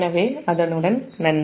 எனவே அதனுடன் நன்றி